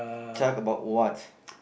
talk about what